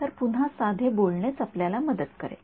तर पुन्हा साधे बोलणेच आपल्याला मदत करेल